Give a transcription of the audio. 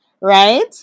right